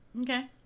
Okay